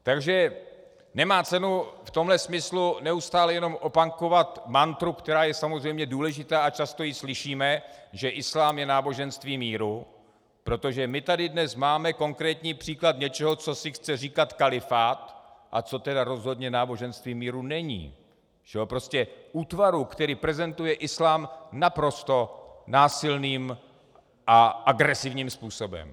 Takže nemá cenu v tomhle smyslu neustále jenom opakovat mantru, která je samozřejmě důležitá a často ji slyšíme, že islám je náboženství míru, protože my tady dnes máme konkrétní příklad něčeho, co si chce říkat chalífát a co tedy rozhodně náboženstvím míru není, útvaru, který prezentuje islám naprosto násilným a agresivním způsobem.